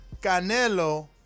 Canelo